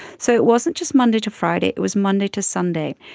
so it wasn't just monday to friday, it was monday to sunday,